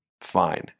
Fine